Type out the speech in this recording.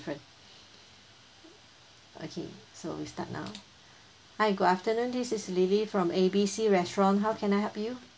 different okay so we start now hi good afternoon this is lily from A B C restaurant how can I help you